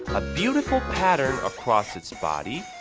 a beautiful pattern across its body!